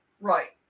Right